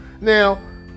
Now